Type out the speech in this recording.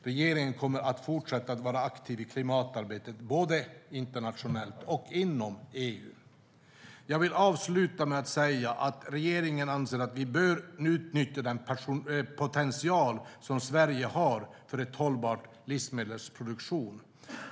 Regeringen kommer att fortsätta att vara aktiv i klimatarbetet både internationellt och inom EU. Jag vill avsluta med att säga att regeringen anser att vi bör utnyttja den potential som Sverige har för en hållbar livsmedelsproduktion.